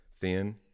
thin